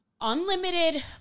Unlimited